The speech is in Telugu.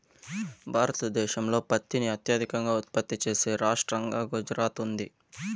భారతదేశంలో పత్తిని అత్యధికంగా ఉత్పత్తి చేసే రాష్టంగా గుజరాత్ ఉంది